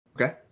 Okay